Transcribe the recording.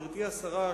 גברתי השרה,